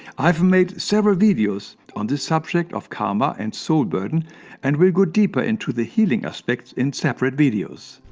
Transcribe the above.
i have made several videos on the subject of karma and soul burden and will go deeper into the healing aspect in separate videos.